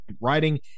Writing